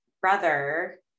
brother